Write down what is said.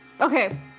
Okay